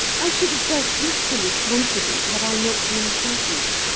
i should have felt equally confident had i not been present.